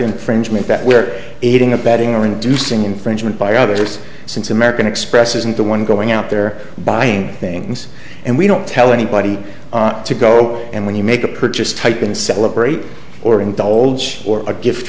infringement that we're aiding abetting or inducing infringement by others since american express isn't the one going out there buying things and we don't tell anybody to go and when you make a purchase type in celebrate or into old age or a gift